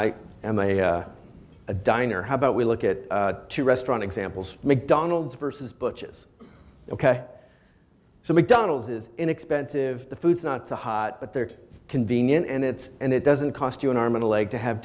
am a diner how about we look at two restaurant examples mcdonald's versus butches ok so mcdonald's is inexpensive the food's not so hot but they're convenient and it's and it doesn't cost you an arm and a leg to have